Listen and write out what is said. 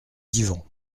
divan